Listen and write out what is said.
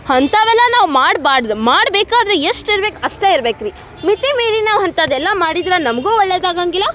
ಅಂಥವೆಲ್ಲ ನಾವು ಮಾಡ್ಬಾರ್ದ್ ಮಾಡಬೇಕಾದ್ರೆ ಎಷ್ಟು ಇರ್ಬೇಕು ಅಷ್ಟೇ ಇರ್ಬೇಕು ರೀ ಮಿತಿ ಮೀರಿ ನಾವು ಅಂಥದ್ದೆಲ್ಲ ಮಾಡಿದ್ರೆ ನಮಗೂ ಒಳ್ಳೆಯದಾಗಂಗಿಲ್ಲ